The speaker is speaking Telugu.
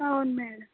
అవును మ్యాడం